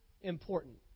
important